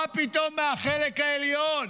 מה פתאום מהחלק העליון?